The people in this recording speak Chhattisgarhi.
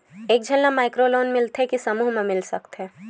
एक झन ला माइक्रो लोन मिलथे कि समूह मा ले सकती?